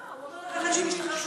אמר פה סגן שר האוצר,